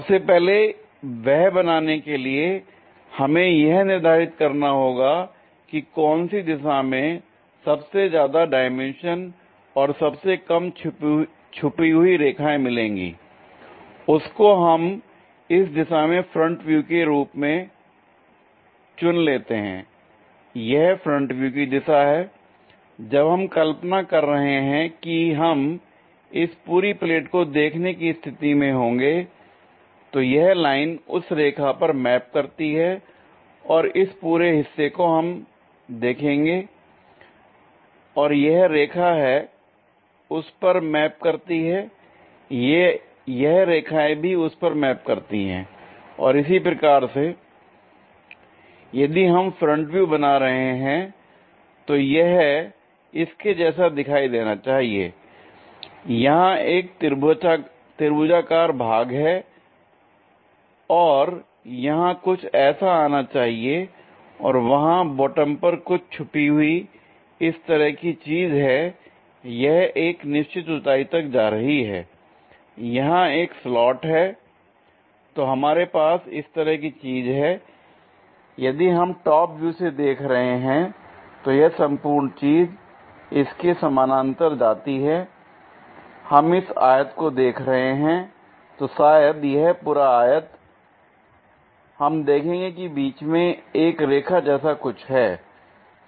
सबसे पहले वह बनाने के लिए हमें यह निर्धारित करना होगा कि कौन सी दिशा में सबसे ज्यादा डाइमेंशन और सबसे कम छुपी हुई रेखाएं मिलेंगी उसको हम इस दिशा में फ्रंट व्यू के रूप में चुन लेते हैं l यह फ्रंट व्यू की दिशा है l जब हम कल्पना कर रहे हैं कि हम इस पूरी प्लेट को देखने की स्थिति में होंगे तो यह लाइन उस रेखा पर मैप करती है और इस पूरे हिस्से को हम देखेंगे और यह रेखा है उस पर मैप करती हैं l यह रेखाएं भी उस पर मैप करती हैं और इसी प्रकार से l यदि हम फ्रंट व्यू बना रहे हैं तो यह इसके जैसा दिखाई देना चाहिए l यहां एक त्रिभुजाकार भाग है और यहां कुछ ऐसा आना चाहिए और वहां बॉटम पर कुछ छुपी हुई तरह की चीज है यह एक निश्चित ऊंचाई तक जा रही है यहां एक स्लॉट है l तो हमारे पास इस तरह की चीज है l यदि हम टॉप व्यू से देख रहे हैं तो यह संपूर्ण चीज इसके समानांतर जाती है l हम इस आयत को देख रहे हैं l तो शायद यह पूरा आयत हम देखेंगे कि बीच में एक रेखा जैसा कुछ है